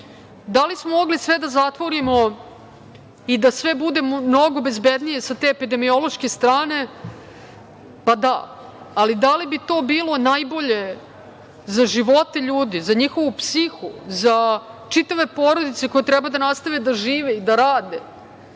Da li smo mogli sve da zatvorimo i da sve bude mnogo bezbednije sa te epidemiološke strane? Pa, da. Ali da li bi to bilo najbolje za živote ljudi, za njihovu psihu, za čitave porodice koje treba da nastave da žive, da rade?